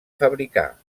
fabricar